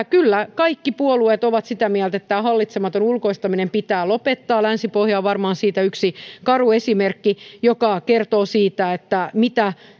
kyllä kaikki puolueet ovat sitä mieltä että tämä hallitsematon ulkoistaminen pitää lopettaa länsi pohja on varmaan yksi karu esimerkki joka kertoo siitä mitä